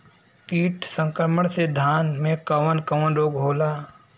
कीट संक्रमण से धान में कवन कवन रोग होला?